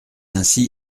ainsi